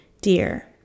dear